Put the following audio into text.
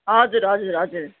हजुर हजुर हजुर